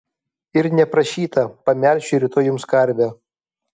ir neprašyta pamelšiu rytoj jums karvę